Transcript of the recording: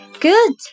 Good